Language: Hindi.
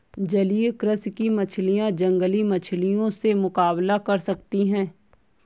जलीय कृषि की मछलियां जंगली मछलियों से मुकाबला कर सकती हैं